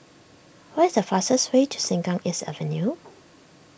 what is the fastest way to Sengkang East Avenue